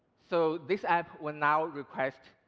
so this app will now request